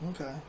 Okay